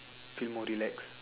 feel more relaxed